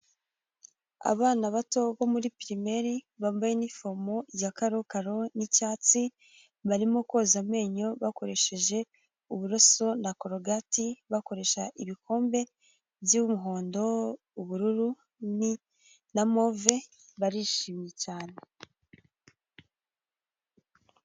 Abana bato bo muri pirimeri, bambaye iniforomo ya karokaro n'icyatsi, barimo koza amenyo bakoresheje uburoso na korogati, bakoresha ibikombe by'umuhondo, ubururu, ni na move, barishimye cyane.